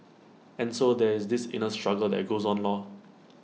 and so there is this inner struggle that goes on lor